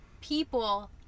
people